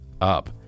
up